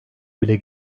bile